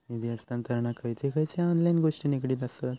निधी हस्तांतरणाक खयचे खयचे ऑनलाइन गोष्टी निगडीत आसत?